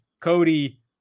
Cody